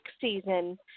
season